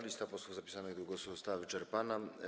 Lista posłów zapisanych do głosu została wyczerpana.